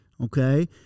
okay